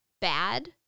bad